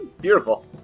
Beautiful